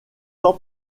ans